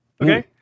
okay